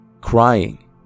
Crying